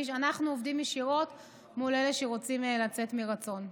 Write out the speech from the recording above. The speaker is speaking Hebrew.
אנחנו עובדים ישירות מול אלה שרוצים לצאת מרצון.